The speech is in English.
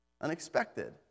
Unexpected